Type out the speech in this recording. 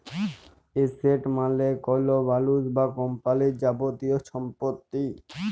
asset মালে কল মালুস বা কম্পালির যাবতীয় ছম্পত্তি